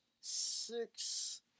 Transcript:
Six